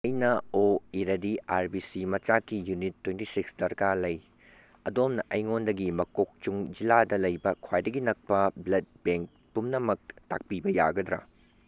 ꯑꯩꯅ ꯑꯣ ꯏꯔꯦꯗꯤ ꯑꯥꯔ ꯕꯤ ꯁꯤ ꯃꯆꯥꯛꯀꯤ ꯌꯨꯅꯤꯠ ꯇ꯭ꯋꯦꯟꯇꯤ ꯁꯤꯛꯁ ꯗꯔꯀꯥꯔ ꯂꯩ ꯑꯗꯣꯝꯅ ꯑꯩꯉꯣꯟꯗꯒꯤ ꯃꯀꯣꯛꯆꯨꯡ ꯖꯤꯜꯂꯥꯗ ꯂꯩꯕ ꯈ꯭ꯋꯥꯏꯗꯒꯤ ꯅꯛꯄ ꯕ꯭ꯂꯗ ꯕꯦꯡ ꯄꯨꯝꯅꯃꯛ ꯇꯥꯛꯄꯤꯕ ꯌꯥꯒꯗ꯭ꯔ